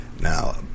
Now